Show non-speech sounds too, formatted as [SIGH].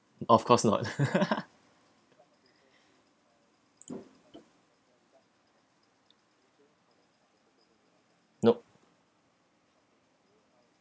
of course not [LAUGHS] nope